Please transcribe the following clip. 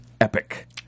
epic